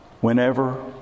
whenever